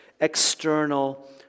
external